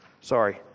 Sorry